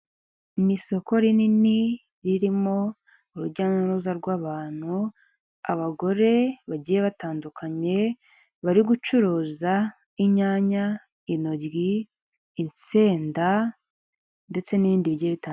Ni isoko rinini ririmo urujya n'uruza rw'abantu, abagore bagiye batandukanye bari gucuruza inyanya, intoryi, insenda ndetse n'ibindi bigiye bitandukanye.